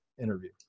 interview